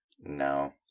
No